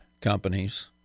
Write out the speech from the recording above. companies